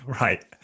Right